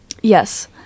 Yes